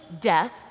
death